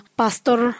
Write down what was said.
pastor